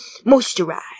moisturize